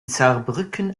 saarbrücken